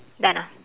done ah